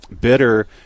bitter